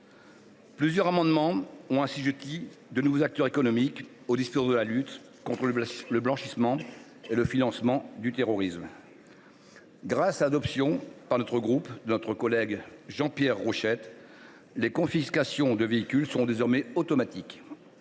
Plusieurs amendements ont assujetti de nouveaux acteurs économiques aux dispositions de la lutte contre le blanchiment et le financement du terrorisme. Grâce à l’adoption d’un amendement de notre collègue Pierre Jean Rochette, les confiscations de véhicules seront désormais automatiques,